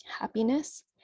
happiness